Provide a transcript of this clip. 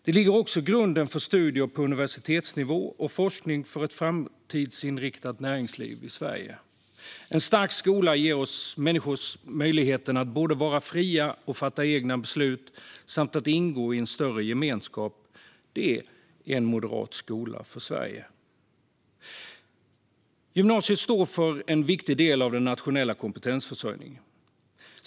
Det lägger också grunden för studier på universitetsnivå och forskning för ett framtidsinriktat näringsliv i Sverige. En stark skola ger oss människor möjligheten att både vara fria och fatta egna beslut och att ingå i en större gemenskap. Det är en moderat skola för Sverige. Gymnasiet står för en viktig del av den nationella kompetensförsörjningen.